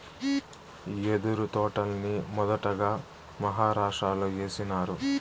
యెదురు తోటల్ని మొదటగా మహారాష్ట్రలో ఏసినారు